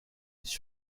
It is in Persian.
هیچ